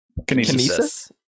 Kinesis